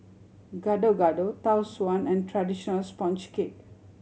Gado Gado Tau Suan and traditional sponge cake